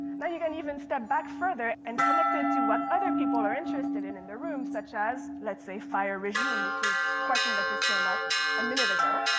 now you can even set back further and connected to what other people are interested in in the room such as let's say fire yeah um which is a question that just came up a minute ago.